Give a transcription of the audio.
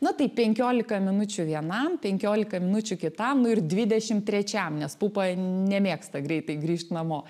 nu tai penkiolika minučių vienam penkiolika minučių kitam nu ir dvidešim trečiam nes pupa nemėgsta greitai grįžt namo